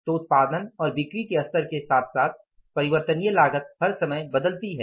तो उत्पादन और बिक्री के स्तर के साथ परिवर्तनीय लागत हर समय बदलती है